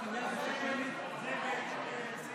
(21)